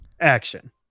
action